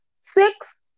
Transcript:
six